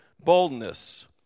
boldness